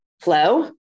flow